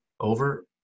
Over